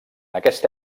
aquesta